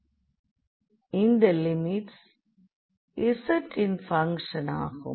எனவே இந்த limits z இன் பங்க்ஷன் ஆகும்